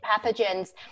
pathogens